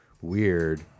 weird